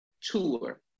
tour